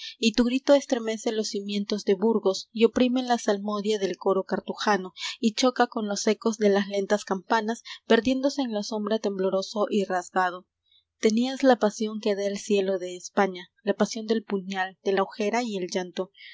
y amargo y tu grito estremece los cimientos de burgosy oprime la salmodia del coro cartujano y choca con los ecos de las lentas campanas perdiéndose en la sombra tembloroso y rasgadotenias la pasión que da el cielo de españa la pasión del puñal de la ojera y el llanto